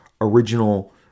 original